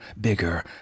bigger